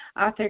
author